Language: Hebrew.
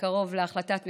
הקרוב גם להחלטת ממשלה.